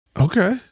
Okay